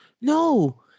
No